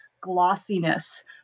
glossiness